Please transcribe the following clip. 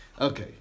Okay